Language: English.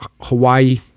Hawaii